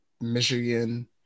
Michigan